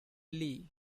lee